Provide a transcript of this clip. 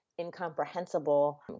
incomprehensible